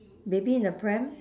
baby in a pram